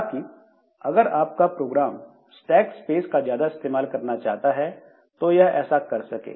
ताकि अगर आपका प्रोग्राम स्टैक स्पेस का ज्यादा इस्तेमाल करना चाहता है तो यह ऐसा कर सके